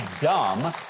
dumb